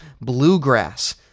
bluegrass